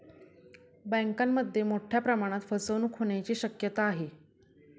बँकांमध्ये मोठ्या प्रमाणात फसवणूक होण्याची शक्यता आहे